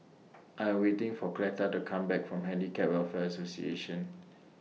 I'm waiting For Cleta to Come Back from Handicap Welfare Association